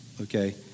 Okay